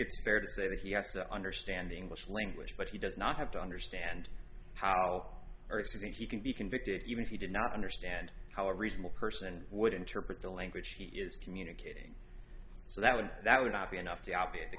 it's fair to say that he has to understand the english language but he does not have to understand how or if he can be convicted even if he did not understand how a reasonable person would interpret the language he is communicating so that would that would not be enough to